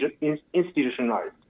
institutionalized